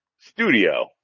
studio